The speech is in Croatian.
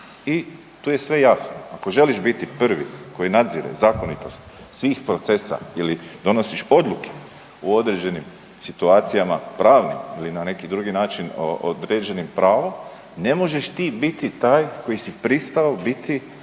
I tu je sve jasno, ako želiš biti prvi koji nadzire zakonitost svih procesa ili donosiš odluke u određenim situacijama pravnim ili na neki drugi način određenim pravom ne možeš ti biti taj koji si pristao biti